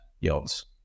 yields